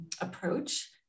approach